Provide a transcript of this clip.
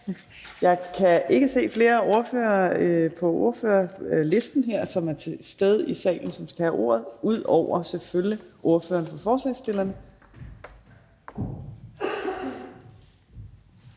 Jeg kan ikke se, at der er flere ordførere på listen til stede i salen, som skal have ordet, ud over selvfølgelig ordføreren for forslagsstillerne.